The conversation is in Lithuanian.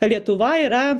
lietuva yra